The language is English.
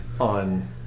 on